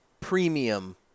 premium